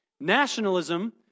Nationalism